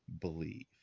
believe